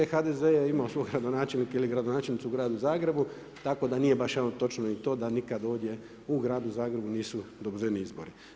HDZ je imao svog gradonačelnika ili gradonačelnicu u gradu Zagrebu tako da nije baš nije evo točno i to da nikad ovdje u gradu Zagrebu nisu dobiveni izbori.